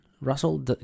Russell